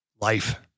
life